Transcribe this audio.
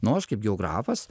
nu aš kaip geografas